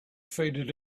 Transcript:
faded